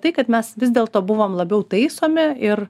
tai kad mes vis dėlto buvom labiau taisomi ir